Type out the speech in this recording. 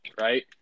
right